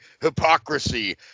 hypocrisy